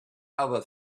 other